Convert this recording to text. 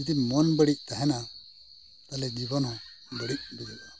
ᱡᱩᱫᱤ ᱢᱚᱱ ᱵᱟᱹᱲᱤᱡ ᱛᱟᱦᱮᱱᱟ ᱛᱟᱦᱞᱮ ᱡᱤᱵᱚᱱ ᱦᱚᱸ ᱵᱟᱹᱲᱤᱡ ᱜᱮ ᱦᱩᱭᱩᱜᱼᱟ